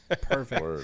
perfect